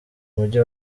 mujyi